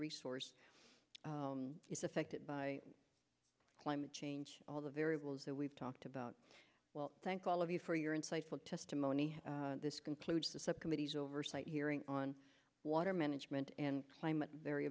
resource is affected by climate change all the variables that we've talked about well thank all of you for your insightful testimony this concludes the subcommittees oversight hearing on water management and climate v